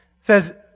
says